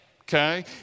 Okay